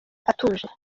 atuje